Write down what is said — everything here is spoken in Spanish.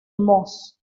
moss